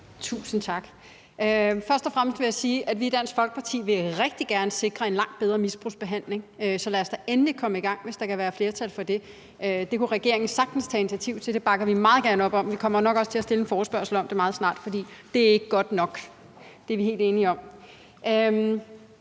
Tusind tak. Først og fremmest vil jeg sige, at vi i Dansk Folkeparti rigtig gerne vil sikre en langt bedre misbrugsbehandling. Så lad os da endelig komme i gang, hvis der kan være flertal for det. Det kunne regeringen sagtens tage initiativ til. Det bakker vi meget gerne op om. Vi kommer nok også til at stille en forespørgsel om det meget snart, for det er ikke godt nok. Det er vi helt enige om.